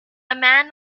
man